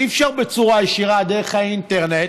אי-אפשר בצורה ישירה דרך האינטרנט.